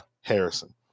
Harrison